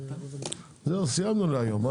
זהו סיימנו להיום.